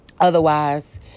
Otherwise